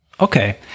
Okay